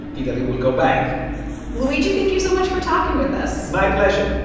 italy will go back luigi, thank you so much for talking with us my pleasure